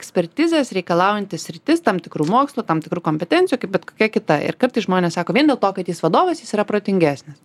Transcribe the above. ekspertizės reikalaujanti sritis tam tikrų mokslų tam tikrų kompetencijų kaip bet kokia kita ir kartais žmonės sako vien dėl to kad jis vadovas jis yra protingesnis